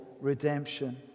redemption